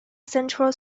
central